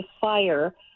Fire